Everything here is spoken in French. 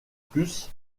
plus